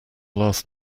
last